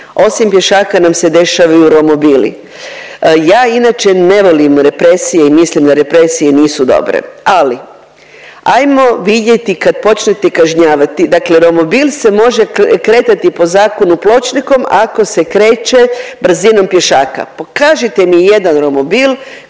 osim pješaka nam se dešavaju romobili. Ja inače ne volim represije i mislim da represije nisu dobre ali ajmo vidjeti kad počnete kažnjavati. Dakle romobil se može kretati po zakonu pločnikom ako se kreće brzinom pješaka. Pokažite mi i jedan romobil